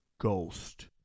ghost